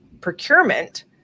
procurement